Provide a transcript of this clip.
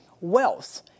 wealth